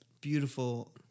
beautiful